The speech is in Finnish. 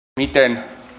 miten